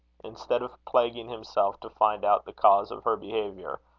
instead of plaguing himself to find out the cause of her behaviour,